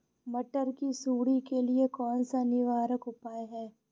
मटर की सुंडी के लिए कौन सा निवारक उपाय है?